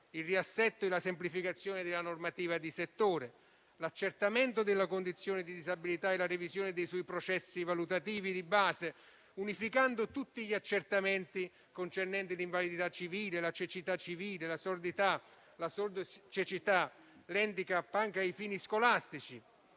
il riassetto e la semplificazione della normativa di settore; l'accertamento della condizione di disabilità e la revisione dei suoi processi valutativi di base, unificando tutti gli accertamenti concernenti l'invalidità civile, la cecità civile, la sordità, la sordo-cecità, l'*handicap* anche ai fini scolastici,